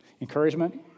encouragement